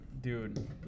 dude